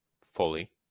fully